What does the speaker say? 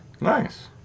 Nice